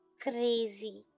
crazy